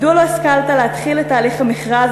מדוע לא השכלת להתחיל את תהליך המכרז